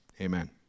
Amen